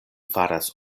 faras